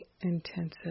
Intensive